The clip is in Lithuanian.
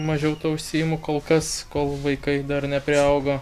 mažiau tuo užsiimu kol kas kol vaikai dar nepriaugo